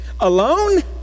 Alone